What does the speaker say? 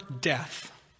Death